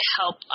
help